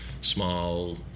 small